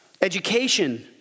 Education